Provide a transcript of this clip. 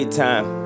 time